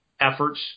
efforts